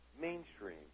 mainstream